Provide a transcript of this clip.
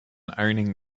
owning